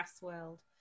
world